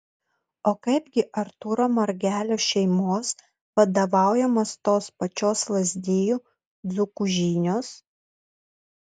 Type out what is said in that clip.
o kaip gi artūro margelio šeimos vadovaujamos tos pačios lazdijų dzūkų žinios